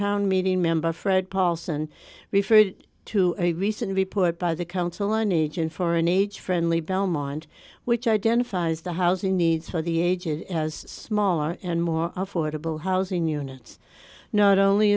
town meeting member fred paulson referred to a recent report by the council and agent for an age friendly belmont which identifies the housing needs for the aged as smaller and more affordable housing units not only